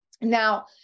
now